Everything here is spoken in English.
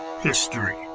history